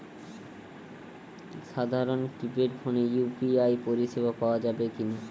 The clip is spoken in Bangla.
সাধারণ কিপেড ফোনে ইউ.পি.আই পরিসেবা পাওয়া যাবে কিনা?